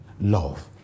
love